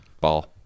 ball